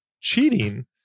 cheating